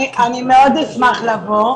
אני מאוד אשמח לבוא.